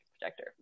projector